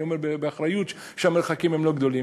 אני אומר באחריות שהמרחקים הם לא גדולים.